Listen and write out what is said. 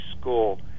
school